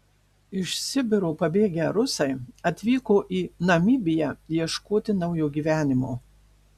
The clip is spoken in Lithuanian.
iš sibiro pabėgę rusai atvyko į namibiją ieškoti naujo gyvenimo